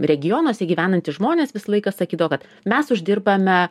regionuose gyvenantys žmonės visą laiką sakydavo kad mes uždirbame